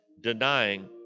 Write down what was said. denying